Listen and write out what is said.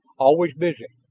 always busy.